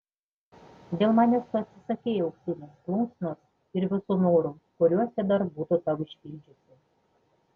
dėl manęs tu atsisakei auksinės plunksnos ir visų norų kuriuos ji dar būtų tau išpildžiusi